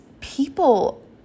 people